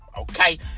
okay